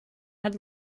had